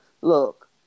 Look